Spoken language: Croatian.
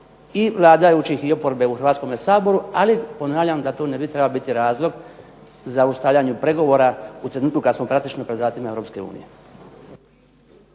i vladajućih i oporbe u Hrvatskome saboru, ali ponavljam da tu ne bi trebao biti razlog zaustavljanju pregovora u trenutku kad smo praktično pred vratima